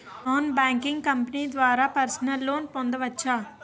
Non banking company ద్వారా personal loan పొందవచ్చా?